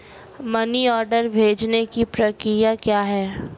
Money order भेजने की प्रक्रिया क्या है?